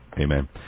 Amen